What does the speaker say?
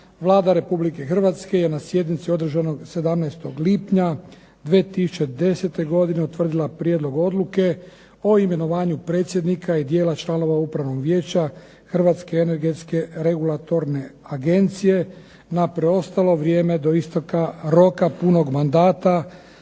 Vlada Republike Hrvatske na sjednici održanoj 17. lipnja 2010. utvrdila prijedlog odluke o imenovanju predsjednika i dijelova članove Upravnog vijeća Hrvatske energetske regulatorne agencije na preostalo vrijeme do isteka roka punog mandata